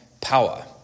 power